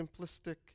simplistic